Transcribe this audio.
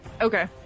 Okay